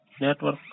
network